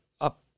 up